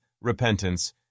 repentance